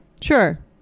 Sure